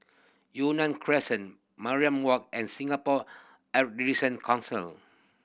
Yunnan Crescent Mariam Walk and Singapore Council